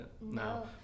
No